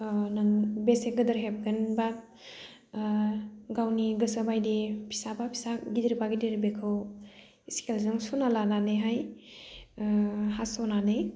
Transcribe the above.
नों बेसे गिदिर हेबगोन बा गावनि गोसो बायदि फिसाबा फिसा गिदिरबा गिदिर बेखौ स्केलजों सुना लानानैहाय हास'नानै